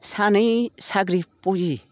सानै साख्रि फौजि